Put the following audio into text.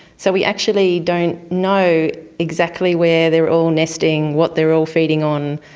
so we actually don't know exactly where they are all nesting, what they are all feeding on.